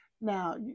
now